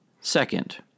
Second